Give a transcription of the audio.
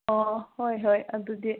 ꯑꯣ ꯍꯣꯏ ꯍꯣꯏ ꯑꯗꯨꯗꯤ